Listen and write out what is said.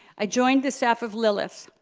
i joined the staff of lilith.